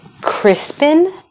Crispin